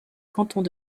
cantons